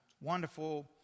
wonderful